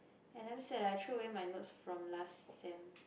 I damn sad that I throw my notes from last sem